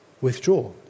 withdraw